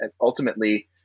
ultimately